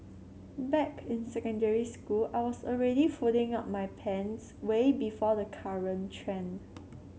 back in secondary school I was already folding up my pants way before the current trend